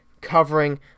covering